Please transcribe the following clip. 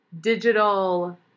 digital